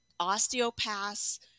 osteopaths